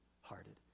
hearted